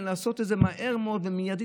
לעשות את זה מהר מאוד ומייד,